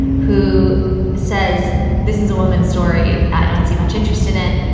who says this is a woman story. i don't see much interest in it.